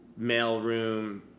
mailroom